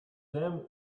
damn